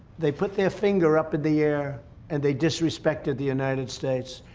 they put their finger up in the air and they disrespected the united states.